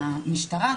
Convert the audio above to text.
המשטרה,